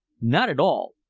not at all.